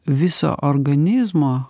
viso organizmo